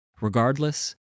Regardless